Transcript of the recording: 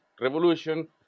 revolution